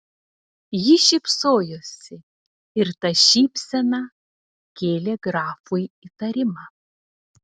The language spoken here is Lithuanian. ji šypsojosi ir ta šypsena kėlė grafui įtarimą